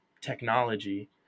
technology